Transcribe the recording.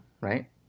right